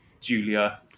julia